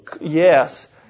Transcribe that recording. Yes